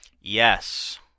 Yes